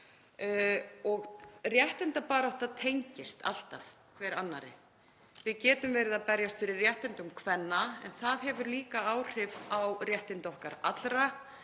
réttindabarátta tengist alltaf, hver barátta annarri. Við getum verið að berjast fyrir réttindum kvenna en það hefur líka áhrif á réttindi okkar allra.